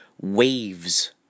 waves